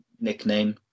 nickname